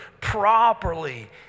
properly